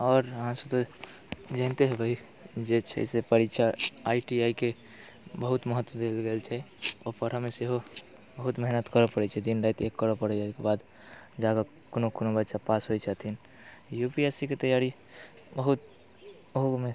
आओर अहाँसभ तऽ जनिते हेबै जे छै से परीक्षा आइ टी आइ के बहुत महत्व देल गेल छै ओ पढ़यमे सेहो बहुत मेहनत करऽ पड़ै छै दिन राति एक करय पड़ैए एहिके बाद जा कऽ कोनो कोनो बच्चा पास होइत छथिन यू पी एस सी के तैआरी बहुत ओहोमे